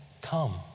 come